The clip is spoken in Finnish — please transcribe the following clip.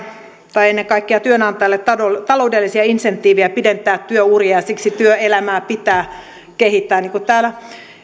tai ennen kaikkea työnantajalle taloudellisia insentiivejä pidentää työuria ja siksi työelämää pitää kehittää niin kuin täällä